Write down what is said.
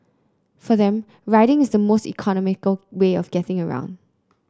for them riding is the most economical way of getting around